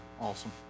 awesome